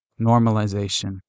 normalization